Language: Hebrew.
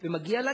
ומגיע לה,